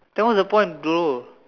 then what's the point of do